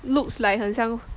looks like 很像